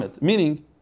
Meaning